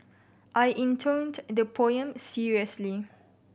I intoned the poem seriously